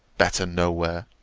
better no where,